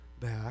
back